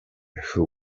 who